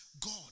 God